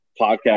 podcast